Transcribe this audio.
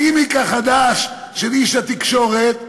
הגימיק החדש של איש התקשורת,